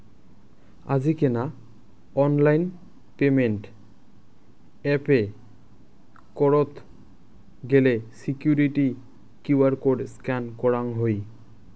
আজিকেনা online payment এ pay করত গেলে সিকুইরিটি কিউ.আর কোড স্ক্যান করঙ হই